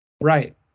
right